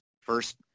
first